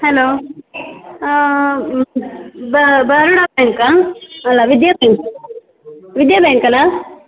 hello Baroda ಬ್ಯಾಂಕಾ ಅಲ್ಲ Vijaya bank Vijaya bank ಅಲ್ಲಾ